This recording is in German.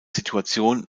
situation